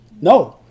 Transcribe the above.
No